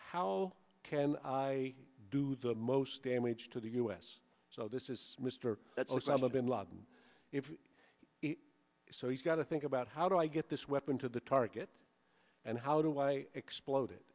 how can i do the most damage to the u s so this is mr that osama bin laden so he's got to think about how do i get this weapon to the target and how do i explode